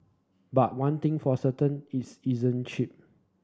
but one thing for certain it's isn't cheap